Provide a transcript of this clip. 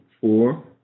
four